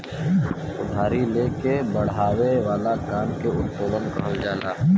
उधारी ले के बड़ावे वाला काम के उत्तोलन कहल जाला